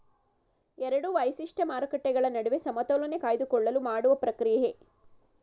ಎರಡು ವೈಶಿಷ್ಟ್ಯ ಮಾರುಕಟ್ಟೆಗಳ ನಡುವೆ ಸಮತೋಲನೆ ಕಾಯ್ದುಕೊಳ್ಳಲು ಮಾಡುವ ಪ್ರಕ್ರಿಯೆ